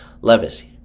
Levis